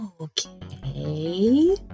Okay